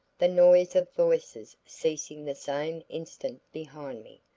the noise of voices ceasing the same instant behind me.